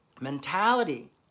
mentality